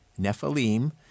Nephilim